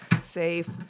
Safe